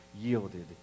yielded